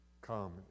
Come